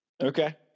Okay